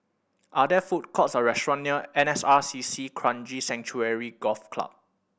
are there food courts or restaurant near N S R C C Kranji Sanctuary Golf Club